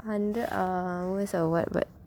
hundred hours or what but